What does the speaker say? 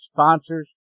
sponsors